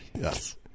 Yes